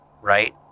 right